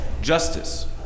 justice